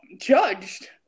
judged